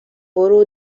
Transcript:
برو